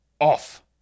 off